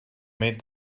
made